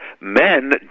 men